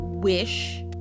wish